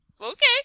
okay